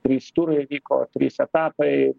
trys turai vyko trys etapai